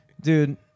dude